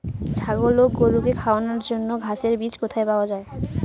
ছাগল ও গরু খাওয়ানোর জন্য ঘাসের বীজ কোথায় পাওয়া যায়?